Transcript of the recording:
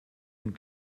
und